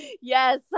yes